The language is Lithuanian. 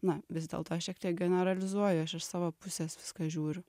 na vis dėlto šiek tiek generalizuoju aš iš savo pusės viską žiūriu